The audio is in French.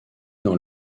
dans